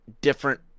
Different